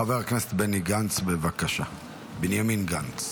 חבר הכנסת בני גנץ,